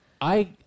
I-